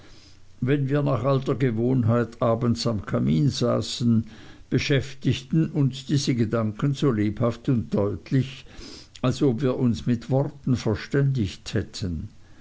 wenn wir nach alter gewohnheit abends am kamin saßen beschäftigten uns diese gedanken so lebhaft und deutlich als ob wir uns mit worten verständigt hätten